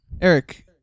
Eric